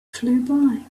flew